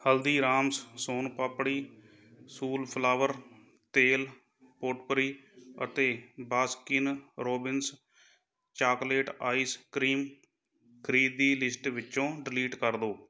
Haldiram's son papdi sunflower ਤੇਲ potpourri ਅਤੇ Baskin Robbins chocolate ice cream ਖਰੀਦ ਦੀ ਲਿਸਟ ਵਿੱਚੋਂ ਡਿਲੀਟ ਕਰ ਦਿਉ